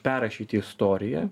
perrašyti istoriją